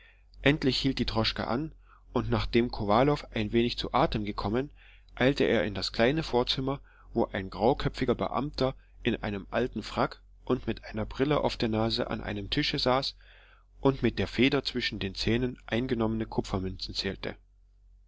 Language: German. endlich hielt die droschke an und nachdem kowalow ein wenig zu atem gekommen eilte er in das kleine vorzimmer wo ein grauköpfiger beamter in einem alten frack und mit einer brille auf der nase an einem tische saß und mit der feder zwischen den zähnen eingenommene kupfermünzen zählte